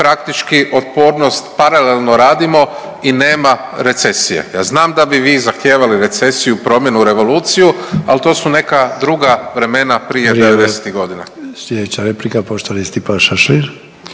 praktički, otpornost paralelno radimo i nema recesije. Ja znam da bi vi zahtijevali recesiju, promjenu, revoluciju, ali to su neka druga vremena prije 90-ih godina.